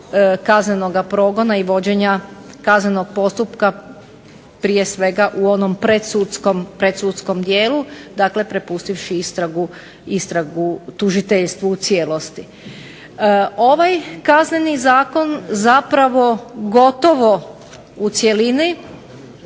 kaznenog progona i vođenja kaznenog postupka prije svega u onom predsudskom dijelu dakle prepustivši istragu tužiteljstvu u cijelosti. Ovaj Kazneni zakon zapravo u cjelini